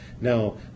Now